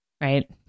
right